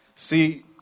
See